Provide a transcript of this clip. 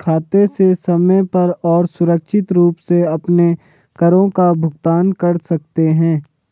खाते से समय पर और सुरक्षित रूप से अपने करों का भुगतान कर सकते हैं